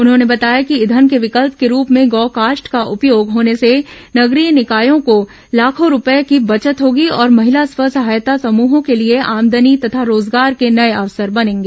उन्होंने बताया कि ईंधन के विकल्प के रूप में गौ काष्ठ का उपयोग होने से नगरीय निकायों को लाखों रूपये की बचत होगी और महिला स्व सहायता समूहों के लिए आमदनी तथा रोजगार के नये अवसर बनेंगे